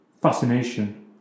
fascination